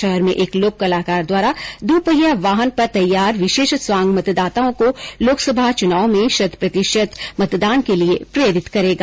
शहर में एक लोक कलाकार द्वारा दुपहिया वाहन पर तैयार विशेष स्वांग मतदाताओं को लोकसभा चुनाव में शत प्रतिशत मतदान के लिए प्रेरित करेगा